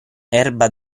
erba